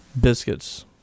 Biscuits